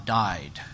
died